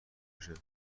بکشن